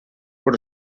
però